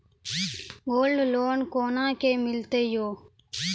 Gold loan कोना के मिलते यो?